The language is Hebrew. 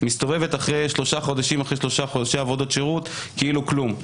מסתובבת אחרי שלושה חודשי עבודות שירות כאילו כלום,